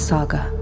Saga